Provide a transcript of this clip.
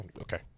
Okay